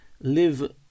live